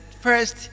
first